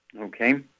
Okay